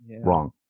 wrong